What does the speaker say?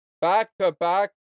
back-to-back